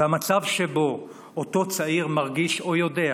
המצב שבו אותו צעיר מרגיש, או יודע,